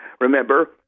remember